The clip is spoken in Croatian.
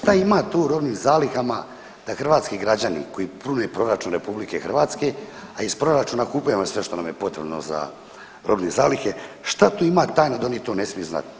Šta ima to u robnim zalihama da hrvatski građani koji pune proračun RH, a iz proračuna kupujemo sve što nam je potrebno za robne zalihe, šta tu ima tajno da oni to ne smiju znati?